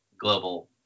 global